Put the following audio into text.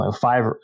five